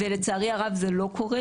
לצערי הרב, זה לא קורה.